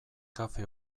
kafe